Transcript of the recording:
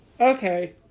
Okay